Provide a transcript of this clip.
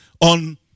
on